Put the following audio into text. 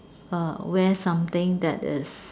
uh wear something that is